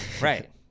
Right